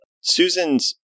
Susan's